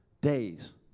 days